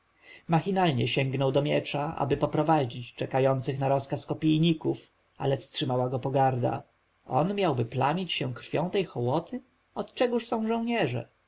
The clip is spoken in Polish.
machinalnie sięgnął do miecza aby poprowadzić czekających na rozkaz kopijników ale wstrzymała go pogarda on miałby plamić się krwią tej hołoty od czegóż są żołnierze